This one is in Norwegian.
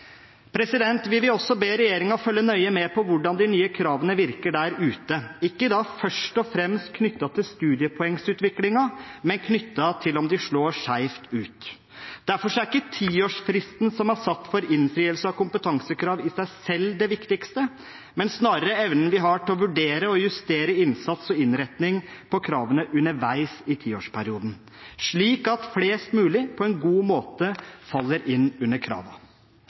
Vi vil be regjeringen følge nøye med på hvordan de nye kravene virker der ute, ikke først og fremst knyttet til studiepoengutviklingen, men knyttet til om de slår skjevt ut. Derfor er ikke tiårsfristen som er satt for innfrielse av kompetansekrav i seg selv det viktigste, men snarere evnen vi har til å vurdere og justere innsatsen og innretningen av kravene underveis i tiårsperioden, slik at flest mulig på en god måte faller inn under